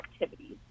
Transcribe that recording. activities